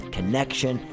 connection